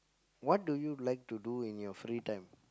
what do you like to do in your free time